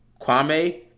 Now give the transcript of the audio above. Kwame